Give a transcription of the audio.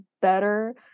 better